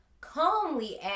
calmly